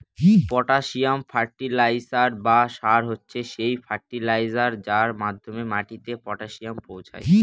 potassium fertiliser বা সার হচ্ছে সেই ফার্টিলাইজার যার মাধ্যমে মাটিতে পটাসিয়াম পৌঁছায়